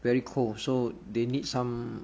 very cold so they need some